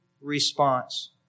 response